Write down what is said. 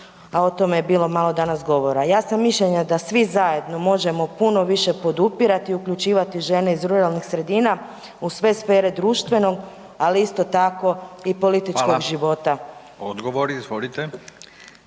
a o tome je bilo malo danas govora. Ja sam mišljenja da svi zajedno možemo puno više podupirati uključivati žene iz ruralnih sredina u sve sfere društvenog, ali isto tako i političkog života. **Radin, Furio